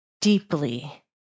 deeply